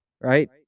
right